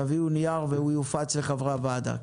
תביאו נייר והוא יופץ לחברי הוועדה.